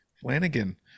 flanagan